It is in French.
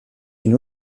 une